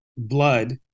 blood